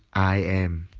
i am.